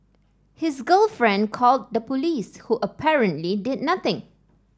his girlfriend called the police who apparently did nothing